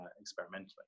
experimentally